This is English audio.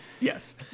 Yes